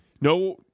No